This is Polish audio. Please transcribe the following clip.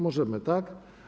Możemy, tak?